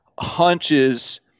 hunches